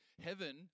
heaven